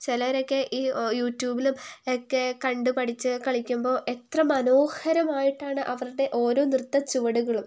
ചിലവരൊക്കെ ഈ യൂട്യൂബിലും ഒക്കെ കണ്ടു പഠിച്ച് കളിക്കുമ്പോൾ എത്ര മനോഹരമായിട്ടാണ് അവരുടെ ഓരോ നൃത്തച്ചുവടുകളും